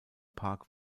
park